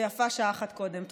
ויפה שעה אחת קודם.